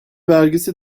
vergisi